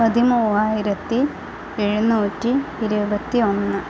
പതിമൂവായിരത്തി എഴുന്നൂറ്റി ഇരുപത്തി ഒന്ന്